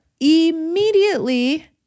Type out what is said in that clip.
Immediately